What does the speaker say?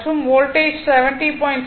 மற்றும் வோல்டேஜ் 70